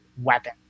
weapon